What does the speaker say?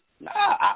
nah